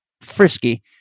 Frisky